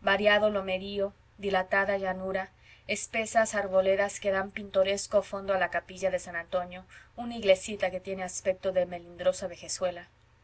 variado lomerío dilatada llanura espesas arboledas que dan pintoresco fondo a la capilla de san antonio una iglesita que tiene aspecto de melindrosa vejezuela faldeando la